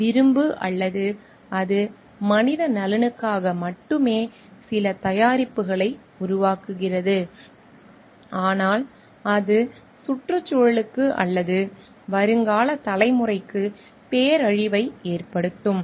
விரும்பு அல்லது அது மனித நலனுக்காக மட்டுமே சில தயாரிப்புகளை உருவாக்குகிறது ஆனால் அது சுற்றுச்சூழலுக்கு அல்லது வருங்கால தலைமுறைக்கு பேரழிவை ஏற்படுத்தும்